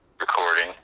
recording